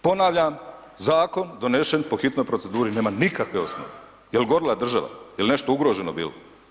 Ponavljam zakon donešen po hitnoj proceduri nema nikakve osnove, jel gorila država, jel nešto ugroženo bilo?